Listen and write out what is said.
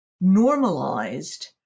normalized